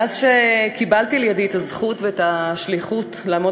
מאז שקיבלתי לידי את הזכות ואת השליחות לעמוד